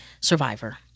survivor